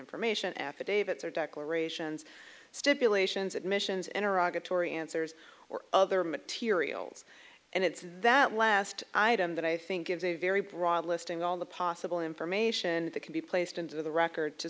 information affidavits or declarations stipulations admissions in iraq atory answers or other materials and it's that last item that i think gives a very broad listing all the possible information that can be placed into the record to